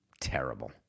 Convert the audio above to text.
Terrible